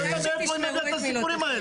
אני לא יודע מאיפה היא מביאה את הסיפורים האלה.